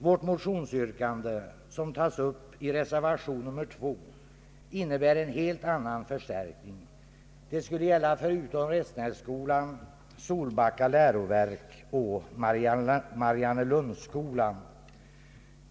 Vårt motionsyrkande, som tas upp i reservation 2, innebär en helt annan förstärkning. Det skulle gälla förutom Restenässkolan Solbacka läroverk och Mariannelundsskolan.